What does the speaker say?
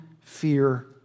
fear